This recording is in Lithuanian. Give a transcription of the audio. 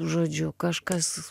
žodžiu kažkas